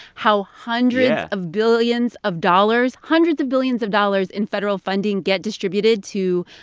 how hundreds. yeah. of billions of dollars hundreds of billions of dollars in federal funding get distributed to,